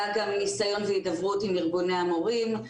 היה גם ניסיון והידברות עם ארגוני המורים.